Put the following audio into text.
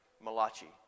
Malachi